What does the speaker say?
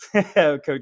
Coach